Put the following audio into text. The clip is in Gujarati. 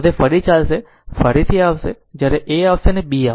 તો તે ફરી ચાલશે ફરીથી આવશે જ્યારે A આ આવશે અને B આ આવશે